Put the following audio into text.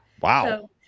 wow